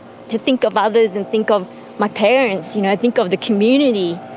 to think of others and think of my parents, you know, think of the community,